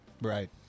Right